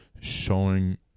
showing